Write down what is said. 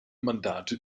mandate